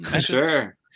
Sure